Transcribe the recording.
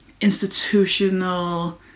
institutional